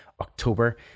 October